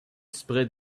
spread